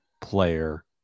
player